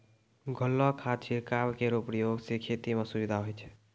घोललो खाद छिड़काव केरो प्रयोग सें खेती म सुविधा होय छै